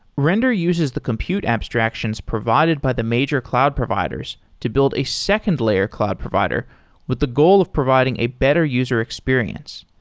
render uses the compute abstractions provided by the major cloud providers to build a second layer cloud provider with the goal of providing a better user experience.